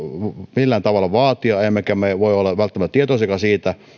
millään tavalla vaatia emmekä me voi olla välttämättä tietoisiakaan siitä